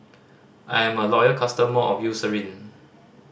I'm a loyal customer of Eucerin